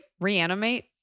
reanimate